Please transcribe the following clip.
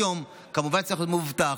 היום, כמובן, צריך להיות מאובטח.